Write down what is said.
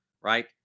right